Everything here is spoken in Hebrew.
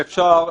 אם אפשר,